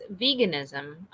veganism